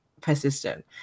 persistent